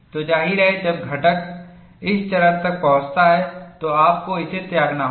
तो जाहिर है जब घटक इस चरण तक पहुंचता है तो आपको इसे त्यागना होगा